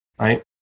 right